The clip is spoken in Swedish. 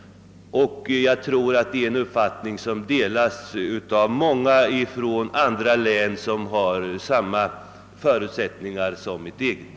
Jag tror den uppfattningen delas av många från andra län som har samma förutsättningar som mitt eget.